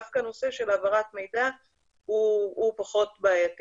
דווקא הנושא של העברת מידע הוא פחות בעייתי